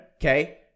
Okay